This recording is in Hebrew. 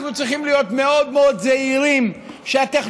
אנחנו צריכים להיות מאוד מאוד זהירים שהטכנולוגיה